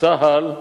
צה"ל,